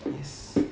yes